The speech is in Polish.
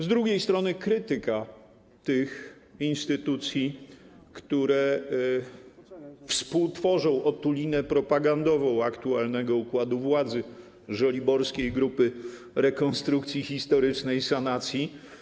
Z drugiej strony krytyka tych instytucji, które współtworzą otulinę propagandową aktualnego układu władzy, żoliborskiej grupy rekonstrukcji historycznej sanacji.